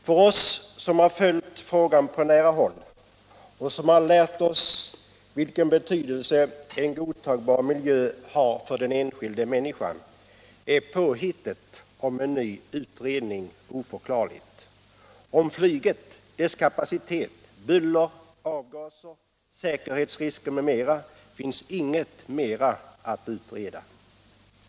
För oss som har följt frågan på nära håll och som har lärt oss vilken betydelse en godtagbar miljö har för den enskilda människan är påhittet om en ny utredning oförklarligt. Om flyget, dess kapacitet, buller, avgaser, säkerhetsrisker m.m. finns inget mera att utreda.